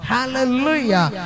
Hallelujah